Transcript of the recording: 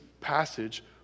passage